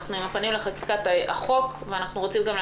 אנחנו עם הפנים לחקיקת החוק,